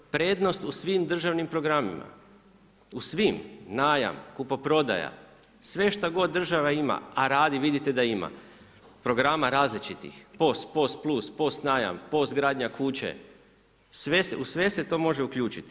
Prednost u svim državnim programima u svim najam, kupoprodaja sve šta god država ima, a radi vidite da ima programa različitih, POS, POS plus, POS najam, POS gradnja kuće u sve se to može uključiti.